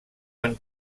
van